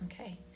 okay